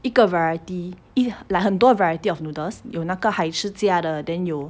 一个 variety 一 like 很多 variety of noodles 有那个嗨吃家的 then 有